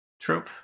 trope